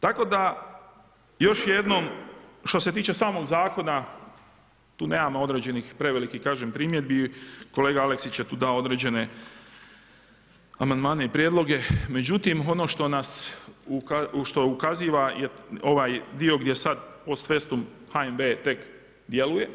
Tako da još jednom što se tiče samog zakona, tu nemamo određenih prevelikih primjedbi, kolega Aleksić je tu dao određene amandmane i prijedloge, međutim ono što ukaziva ovaj dio gdje sad … HNB tek djeluje